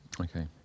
Okay